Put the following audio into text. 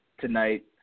tonight